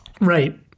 Right